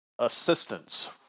assistance